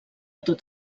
tot